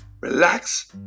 relax